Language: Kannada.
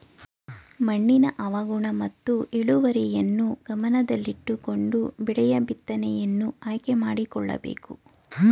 ಮಣ್ಣಿನ ಹವಾಗುಣ ಮತ್ತು ಇಳುವರಿಯನ್ನು ಗಮನದಲ್ಲಿಟ್ಟುಕೊಂಡು ಬೆಳೆಯ ಬಿತ್ತನೆಯನ್ನು ಆಯ್ಕೆ ಮಾಡಿಕೊಳ್ಳಬೇಕು